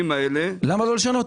למה לא לשנות?